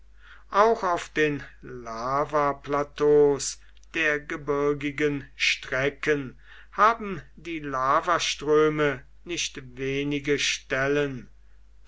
auch auf den lavaplateaus der gebirgigen strecken haben die lavaströme nicht wenige stellen